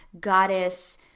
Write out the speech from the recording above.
goddess